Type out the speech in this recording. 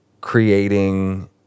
creating